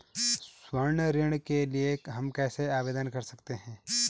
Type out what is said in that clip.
स्वर्ण ऋण के लिए हम कैसे आवेदन कर सकते हैं?